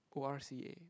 O R C A